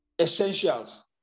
essentials